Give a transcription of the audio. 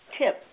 tip